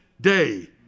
day